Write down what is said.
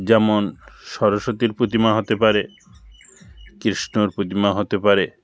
যেমন সরস্বতীর প্রতিমা হতে পারে কৃষ্ণর প্রতিমা হতে পারে